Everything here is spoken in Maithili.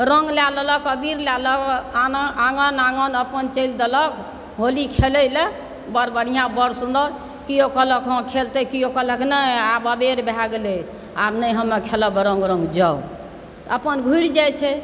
रङ्ग लए लेलक अबीर लए लेलक आनक आङ्गन आङ्गन अपन चलि देलक होली खेलय लेल बड़ बढ़िआँ बड़ सुन्दर किओ कहलक हँ खेलतै किओ कहलक नहि आब अबेर भए गेलै आब नहि हम आओर खेलब हम रङ्ग रङ्ग जाउ अपन घुरि जाइत छै